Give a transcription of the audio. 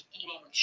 eating